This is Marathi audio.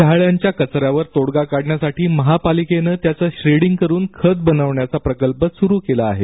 शहाळ्यांच्या कचऱ्यावर तोडगा काढण्यासाठी महापालिकेनं त्याचं श्रेडिंग करुन खत बनवण्याचा प्रकल्प तयार केला आहे